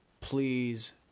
please